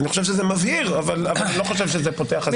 אני חושב שזה מבהיר אבל אני לא חושב שזה פותח חזיתות חדשות.